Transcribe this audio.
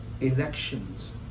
Elections